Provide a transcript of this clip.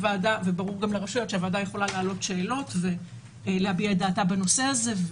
הוועדה יכולה להעלות שאלות ולהביע את דעתה בנושא הזה.